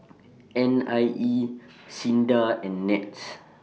N I E SINDA and Nets